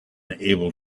able